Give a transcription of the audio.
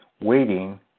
waiting